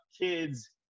kids